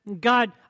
God